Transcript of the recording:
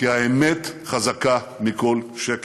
כי האמת חזקה מכל שקר.